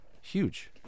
huge